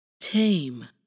tame